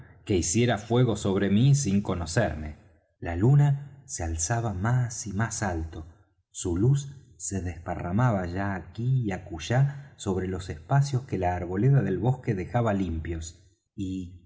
que hiciera fuego sobre mí sin conocerme la luna se alzaba más y más alto su luz se desparramaba ya aquí y acullá sobre los espacios que la arboleda del bosque dejaba limpios y